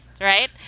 right